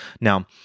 Now